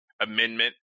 amendment